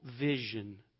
vision